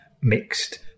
mixed